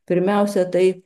pirmiausia tai